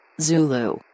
Zulu